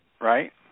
Right